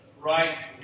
right